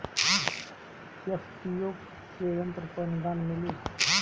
FPO में यंत्र पर आनुदान मिँली?